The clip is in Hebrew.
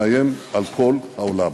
מאיים על כל העולם.